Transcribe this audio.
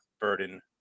Burden